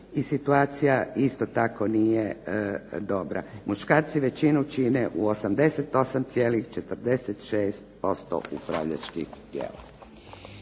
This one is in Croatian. i situacija isto tako nije dobra. Muškarci većinu čine u 88,46% upravljačkih tijela.